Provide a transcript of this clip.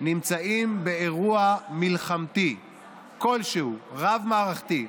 נמצאים באירוע מלחמתי כלשהו, רב-מערכתי,